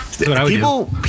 People